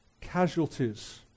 casualties